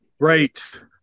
Great